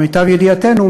למיטב ידיעתנו,